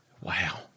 Wow